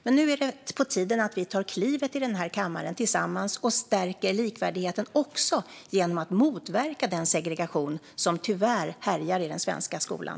Men nu är det på tiden att vi i den här kammaren tillsammans tar klivet och stärker likvärdigheten också genom att motverka den segregation som tyvärr härjar i den svenska skolan.